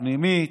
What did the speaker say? פנימית,